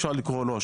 אפשר לקרוא לו כך,